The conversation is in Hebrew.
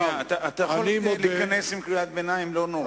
אתם יכולים להיכנס עם קריאת ביניים, לא נורא.